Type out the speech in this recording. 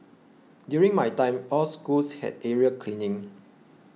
during my time all schools had area cleaning